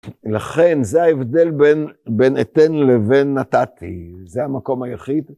לכן זה ההבדל בין אתן לבין נתתי, זה המקום היחיד